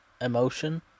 emotion